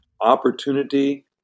opportunity